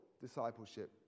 discipleship